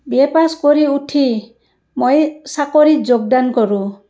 B A pass কৰি উঠি মই চাকৰিত যোগদান কৰোঁ